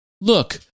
Look